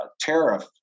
tariff